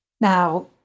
Now